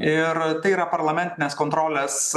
ir tai yra parlamentinės kontrolės